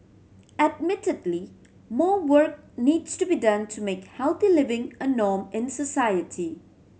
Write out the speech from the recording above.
admittedly more work needs to be done to make healthy living a norm in society